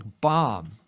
bomb